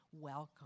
welcome